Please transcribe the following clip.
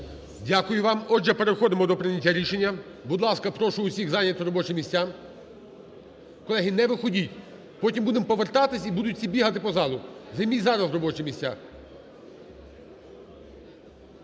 Дякую вам. Отже, переходимо до прийняття рішення. Будь ласка, прошу усіх зайняти робочі місця. Колеги, не виходіть, потім будемо повертатись, і будуть всі бігати по залу. Займіть зараз робочі місця.